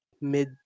mid